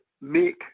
make